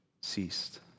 ceased